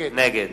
נגד